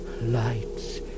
Lights